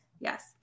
yes